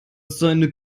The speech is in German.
seine